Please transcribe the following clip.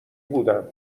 بودم